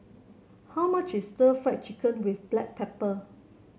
how much is Stir Fried Chicken with Black Pepper